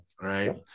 right